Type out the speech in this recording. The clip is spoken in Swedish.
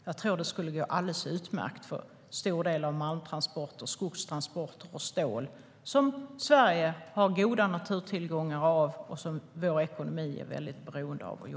Jag tror att det skulle gå alldeles utmärkt för en stor del av transporterna av malm, skog och stål, som Sverige har god tillgång på och som vår ekonomi och jobben är väldigt beroende av.